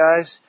guys